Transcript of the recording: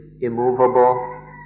immovable